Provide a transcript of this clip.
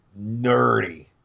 nerdy